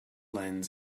lends